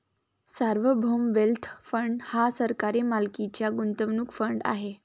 सार्वभौम wealth fund हा सरकारी मालकीचा गुंतवणूक फंड आहे